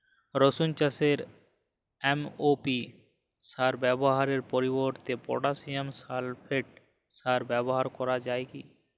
রসুন চাষে এম.ও.পি সার ব্যবহারের পরিবর্তে পটাসিয়াম সালফেট সার ব্যাবহার করা যায় কি?